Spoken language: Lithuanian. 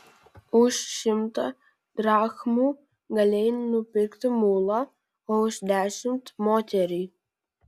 už šimtą drachmų galėjai nupirkti mulą o už dešimt moterį